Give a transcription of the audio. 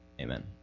Amen